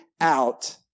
out